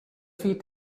feed